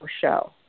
show